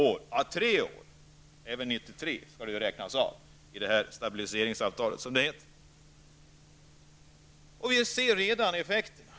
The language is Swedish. År 1993 skall stabiliseringsavtalet räknas av. Vi ser redan effekterna.